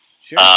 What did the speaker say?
Sure